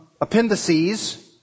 appendices